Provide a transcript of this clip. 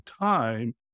time